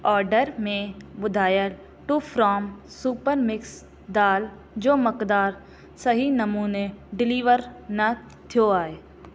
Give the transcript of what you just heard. order में ॿुधायल टूफ्रॉम सुपर मिक्स दाल जो मकदारु सही नमूने डिलीवर न थियो आहे